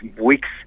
weeks